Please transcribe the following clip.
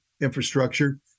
infrastructure